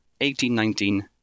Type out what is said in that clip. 1819